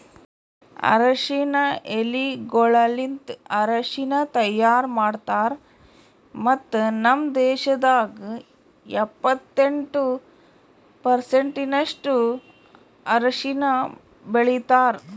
ಅರಶಿನ ಎಲಿಗೊಳಲಿಂತ್ ಅರಶಿನ ತೈಯಾರ್ ಮಾಡ್ತಾರ್ ಮತ್ತ ನಮ್ ದೇಶದಾಗ್ ಎಪ್ಪತ್ತೆಂಟು ಪರ್ಸೆಂಟಿನಷ್ಟು ಅರಶಿನ ಬೆಳಿತಾರ್